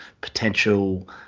potential